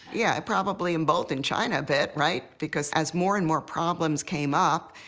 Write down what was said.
yeah, it probably emboldened china a bit, right? because as more and more problems came up,